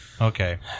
Okay